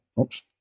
Oops